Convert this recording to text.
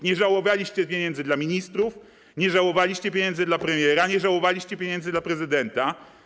Nie żałowaliście pieniędzy dla ministrów, nie żałowaliście pieniędzy dla premiera, nie żałowaliście pieniędzy dla prezydenta.